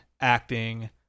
acting